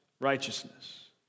righteousness